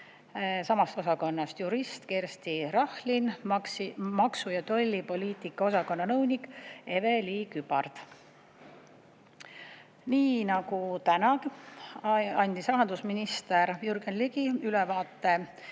samast osakonnast jurist Kersti Rahlin, maksu- ja tollipoliitika osakonna nõunik Eve-Ly Kübard. Nii nagu täna andis rahandusminister Jürgen Ligi ülevaate